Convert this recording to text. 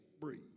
breathe